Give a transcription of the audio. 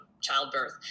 childbirth